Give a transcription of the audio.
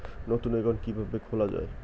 নতুন একাউন্ট কিভাবে খোলা য়ায়?